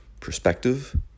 perspective